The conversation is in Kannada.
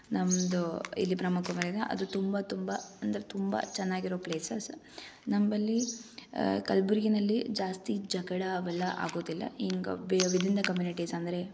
ನಮ್ಮದು ಇಲ್ಲಿ ಪ್ರಮುಖವಾಗಿದೆ ಅದು ತುಂಬ ತುಂಬ ಅಂದ್ರೆ ತುಂಬ ಚೆನ್ನಾಗಿರೊ ಪ್ಲೇಸಸ್ ನಂಬಲ್ಲಿ ಕಲ್ಬುರ್ಗಿಯಲ್ಲಿ ಜಾಸ್ತಿ ಜಗಳ ಅವೆಲ್ಲ ಆಗೋದಿಲ್ಲ ಹಿಂಗ್ ವಿತ್ ಇನ್ ದ ಕಮಿನಿಟೀಸ್ ಅಂದರೆ